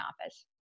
office